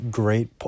great